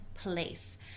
Place